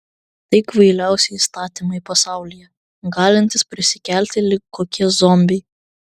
tai kvailiausi įstatymai pasaulyje galintys prisikelti lyg kokie zombiai